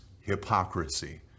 hypocrisy